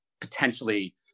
potentially